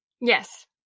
Yes